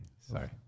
Sorry